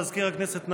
מזכיר הכנסת,